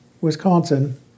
Wisconsin